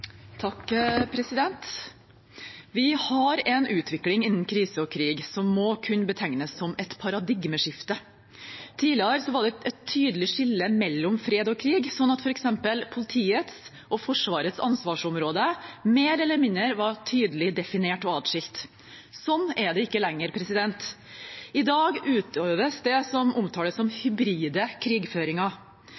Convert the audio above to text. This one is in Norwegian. Vi har en utvikling innen krise og krig som må kunne betegnes som et paradigmeskifte. Tidligere var det et tydelig skille mellom fred og krig, slik at f.eks. politiets og Forsvarets ansvarsområde mer eller mindre var tydelig definert og adskilt. Slik er det ikke lenger. I dag utøves det som omtales som